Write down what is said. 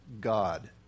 God